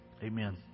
Amen